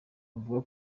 avuga